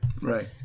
Right